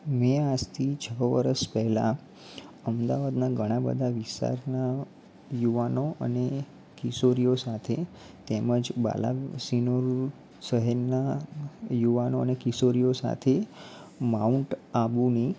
મેં આજથી છ વર્ષ પહેલાં અમદાવાદના ઘણા બધા વિસ્તારના યુવાનો અને કિશોરીઓ સાથે તેમજ બાલાસિનોર શહેરનાં યુવાનો અને કિશોરીઓ સાથે માઉન્ટ આબુની